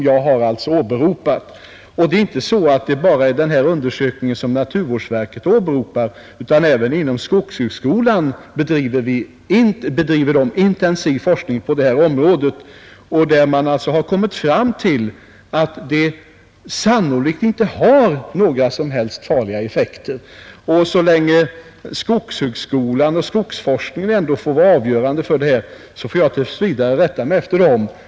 Det är inte bara naturvårdsverket som utför undersökningar på detta område; även inom skogshögskolan bedrivs intensiv forskning. Man har därvid kommit fram till att denna gödsling sannolikt inte har någon som helst farlig effekt. Så länge skogshögskolan och skogsforskningen får vara avgörande vid bedömningen av denna fråga, får jag rätta mig efter dem.